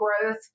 growth